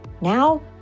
Now